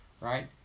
right